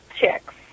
chicks